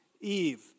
Eve